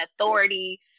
authority